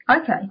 Okay